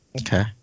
Okay